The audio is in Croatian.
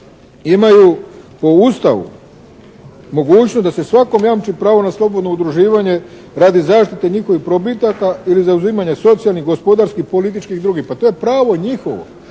imaju po Ustavu mogućnost da se svakom jamči pravo na slobodno udruživanje radi zaštite njihovih probitaka ili zauzimanje socijalnih, gospodarskih, političkih i drugih. Pa to je pravo njihovo